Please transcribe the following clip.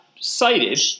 cited